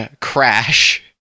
crash